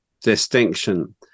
distinction